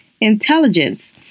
intelligence